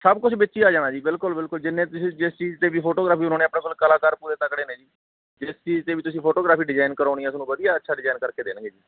ਸਭ ਕੁਝ ਵਿੱਚ ਹੀ ਆ ਜਾਣਾ ਜੀ ਬਿਲਕੁਲ ਬਿਲਕੁਲ ਜਿੰਨੇ ਤੁਸੀਂ ਜਿਸ ਚੀਜ਼ 'ਤੇ ਵੀ ਫੋਟੋਗਰਾਫੀ ਕਰਾਉਣੇ ਆਪਣੇ ਕੋਲ ਕਲਾਕਾਰ ਪੂਰੇ ਤਕੜੇ ਨੇ ਜੀ ਜਿਸ ਚੀਜ਼ 'ਤੇ ਵੀ ਤੁਸੀਂ ਫੋਟੋਗ੍ਰਾਫੀ ਡਿਜ਼ਾਇਨ ਕਰਵਾਉਣੀ ਤੁਹਾਨੂੰ ਵਧੀਆ ਅੱਛਾ ਡਿਜਾਇਨ ਕਰ ਕੇ ਦੇਣਗੇ ਜੀ